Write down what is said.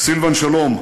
סילבן שלום,